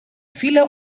file